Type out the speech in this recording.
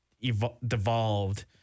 evolved